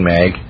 Mag